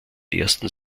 ersten